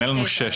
אין לנו שש